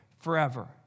forever